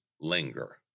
linger